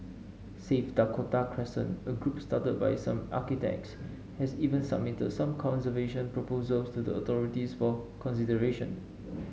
save Dakota Crescent a group started by some architects has even submitted some conservation proposals to the authorities for consideration